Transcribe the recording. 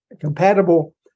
compatible